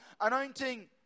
anointing